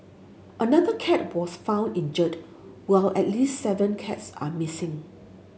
another cat was found injured while at least seven cats are missing